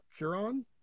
Curon